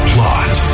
Plot